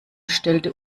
stellte